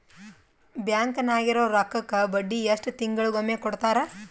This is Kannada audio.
ಬ್ಯಾಂಕ್ ನಾಗಿರೋ ರೊಕ್ಕಕ್ಕ ಬಡ್ಡಿ ಎಷ್ಟು ತಿಂಗಳಿಗೊಮ್ಮೆ ಕೊಡ್ತಾರ?